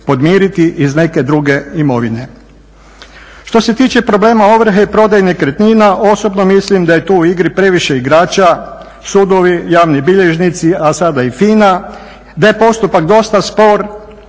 podmiriti iz neke druge imovine. Što se tiče problema ovrhe i prodaje nekretnina, osobno mislim da je tu u igri previše igrača, sudovi, javni bilježnici, a sada i FIN-a, da je postupak dosta spor